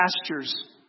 pastures